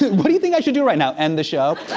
what do you think i should do right now? end the show.